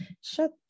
Shut